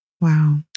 Wow